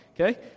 okay